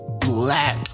black